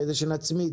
כדי שנצמיד.